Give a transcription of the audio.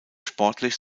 sportlich